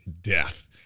death